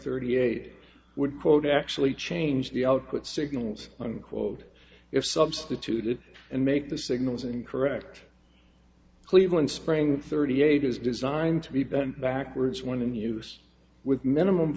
thirty eight would quote actually change the output signals unquote it substituted and make the signals incorrect cleveland spring thirty eight is designed to be bent backwards when in use with minimum